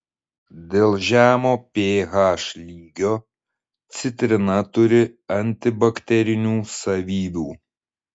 dėl žemo ph lygio citrina turi antibakterinių savybių